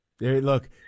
Look